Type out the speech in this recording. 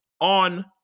on